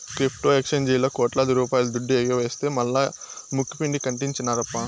crypto ఎక్సేంజీల్లా కోట్లాది రూపాయల దుడ్డు ఎగవేస్తె మల్లా ముక్కుపిండి కట్టించినార్ప